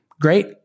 great